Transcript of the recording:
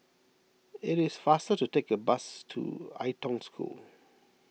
it is faster to take the bus to Ai Tong School